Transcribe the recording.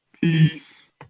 Peace